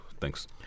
thanks